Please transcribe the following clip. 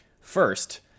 first